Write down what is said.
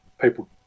people